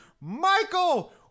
Michael